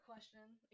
question